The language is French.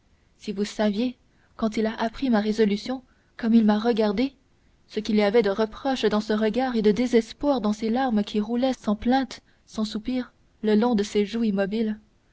si vous saviez quand il a appris ma résolution comme il m'a regardée ce qu'il y avait de reproche dans ce regard et de désespoir dans ces larmes qui roulaient sans plaintes sans soupirs le long de ses joues immobiles